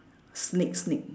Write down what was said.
snake snake